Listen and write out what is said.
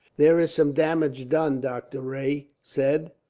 there is some damage done, dr. rae said,